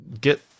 get